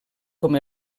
com